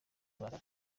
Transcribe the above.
rwanda